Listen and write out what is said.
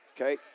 Okay